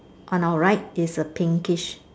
on our right is a pinkish